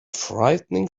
frightening